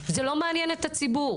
זה לא מעניין את הציבור.